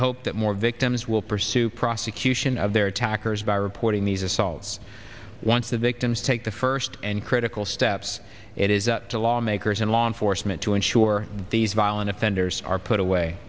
hope that more victims will pursue prosecution of their attackers by reporting these assaults once the victims take the first and critical steps it is up to lawmakers and law enforcement to ensure these violent offenders are put away